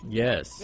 yes